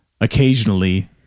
Occasionally